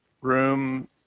room